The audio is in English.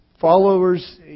followers